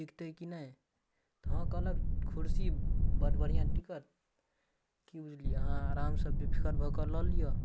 टिकतै कि नहि तऽ हमरा कहलक कुरसी बड़ बढ़िआँ टिकत कि बुझलिए अहाँ आरामसँ बेफिकर भऽ कऽ लऽ लिअऽ